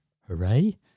Hooray